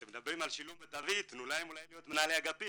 אתם מדברים על שילוב מיטבי תנו להם אולי להיות מנהלי אגפים,